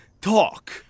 Talk